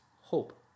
hope